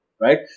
right